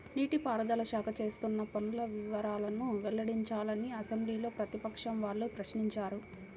నీటి పారుదల శాఖ చేస్తున్న పనుల వివరాలను వెల్లడించాలని అసెంబ్లీలో ప్రతిపక్షం వాళ్ళు ప్రశ్నించారు